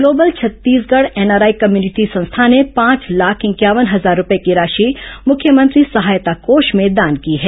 global Chhattisgarh NRI community संस्था ने पांच लाख इंक्यावन हजार रूपये की राशि मुख्यमंत्री सहायता कोष में दान की है